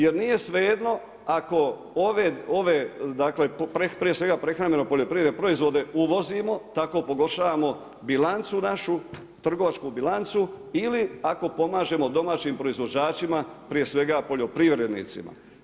Jer nije svejedno ako ove prije svega prehrambeno-poljoprivredne proizvode uvozimo, tako pogoršavamo bilancu našu, trgovačku bilancu ili kako pomažemo domaćim proizvođačima prije svega poljoprivrednicima.